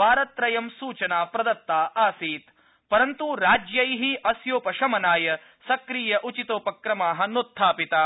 वारत्रयं सूचना प्रदत्ता आसीत् परन्तु राज्यैः अस्योपशमनाय सक्रिय उचितोपक्रमाः नोत्थापिताः